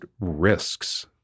risks